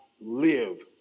live